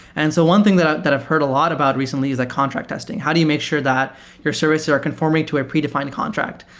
and so one thing that i've that i've heard a lot about recently is like contract testing. how do you make sure that your services are conforming to a predefined contract?